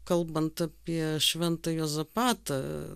kalbant apie šventą juozapatą